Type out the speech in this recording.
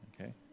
okay